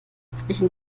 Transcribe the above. zwischen